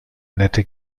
nette